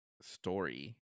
story